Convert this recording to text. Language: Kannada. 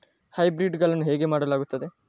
ಹೈಬ್ರಿಡ್ ಗಳನ್ನು ಹೇಗೆ ಮಾಡಲಾಗುತ್ತದೆ?